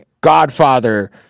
Godfather